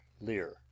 lear